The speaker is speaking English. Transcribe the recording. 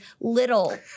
little